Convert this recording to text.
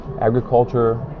agriculture